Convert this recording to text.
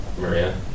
Maria